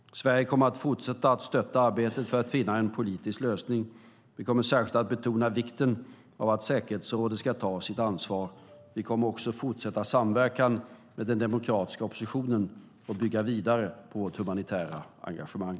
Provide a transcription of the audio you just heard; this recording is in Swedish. Sverige kommer att fortsätta stötta arbetet för att finna en politisk lösning. Vi kommer särskilt att betona vikten av att säkerhetsrådet ska ta sitt ansvar. Vi kommer också att fortsätta samverka med den demokratiska oppositionen och bygga vidare på vårt humanitära engagemang.